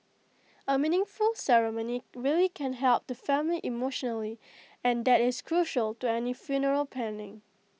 A meaningful ceremony really can help the family emotionally and that is crucial to any funeral planning